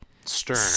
stern